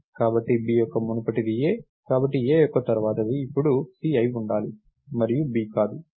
కాబట్టి b యొక్క మునుపటిది a కాబట్టి a యొక్క తరువాతది ఇప్పుడు c అయి ఉండాలి మరియు b కాదు